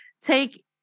take